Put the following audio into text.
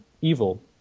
evil